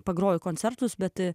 pagroju koncertus bet